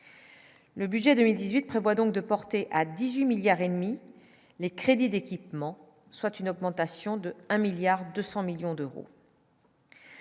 Le budget 2018 prévoit donc de porter à 18 milliards et demi les crédits d'équipement, soit une augmentation de 1 milliard 200